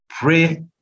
Pray